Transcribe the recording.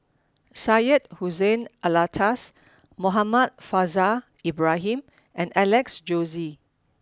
Syed Hussein Alatas Muhammad Faishal Ibrahim and Alex Josey